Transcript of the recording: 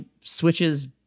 switches